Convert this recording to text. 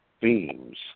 themes